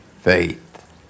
faith